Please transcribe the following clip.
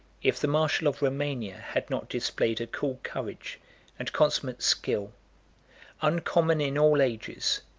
if the marshal of romania had not displayed a cool courage and consummate skill uncommon in all ages,